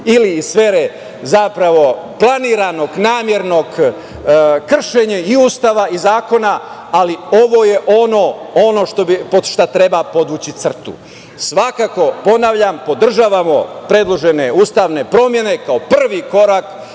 ili iz sfere planiranog, namernog kršenja i Ustava i zakona, ali ovo je ono pod šta treba podvući crtu. Svakako, ponavljam, podržavamo predložene ustavne promene kao prvi korak